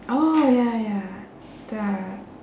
oh ya ya the